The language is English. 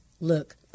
look